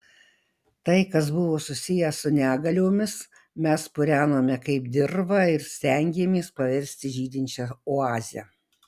tai kas buvo susiję su negaliomis mes purenome kaip dirvą ir stengėmės paversti žydinčia oaze